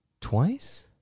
twice